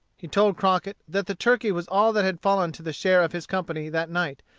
he told crockett that the turkey was all that had fallen to the share of his company that night,